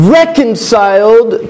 reconciled